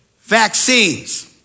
vaccines